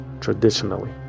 traditionally